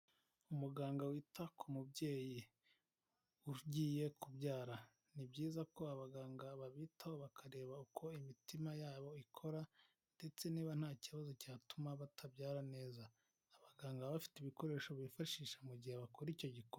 Umuganga wita ku mubyeyi ugiye kubyara. Ni byiza ko abaganga babitaho bakareba uko imitima yabo ikora ndetse niba nta kibazo cyatuma batabyara neza. Abaganga baba bafite ibikoresho bifashisha mu gihe bakora icyo gikorwa.